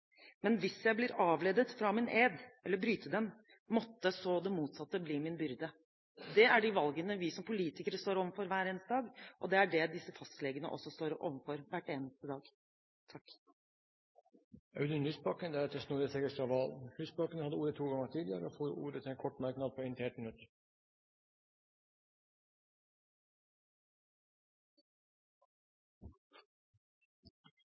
men hvis jeg bli avledet fra min ed eller bryte den, måtte så det motsatte bli min byrde.» Det er de valgene vi som politikere står overfor hver eneste dag, og det er dette fastlegene også står overfor hver eneste dag. Representanten Audun Lysbakken har hatt ordet to ganger tidligere og får ordet til en kort merknad, begrenset til 1 minutt.